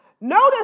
Notice